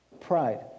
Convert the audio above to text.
Pride